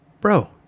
bro